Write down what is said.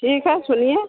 ठीक है सुनिए